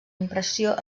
impressió